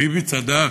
ביבי צדק,